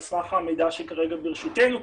על סמך המידע שכרגע ברשותנו,